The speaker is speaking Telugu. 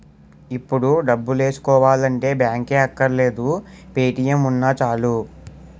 ఇప్పుడు డబ్బులేసుకోవాలంటే బాంకే అక్కర్లేదు పే.టి.ఎం ఉన్నా చాలు